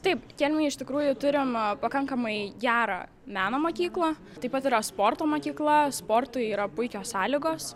taip kelmėj iš tikrųjų turim pakankamai gerą meno mokyklą taip pat yra sporto mokykla sportui yra puikios sąlygos